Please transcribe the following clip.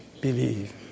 believe